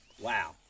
Wow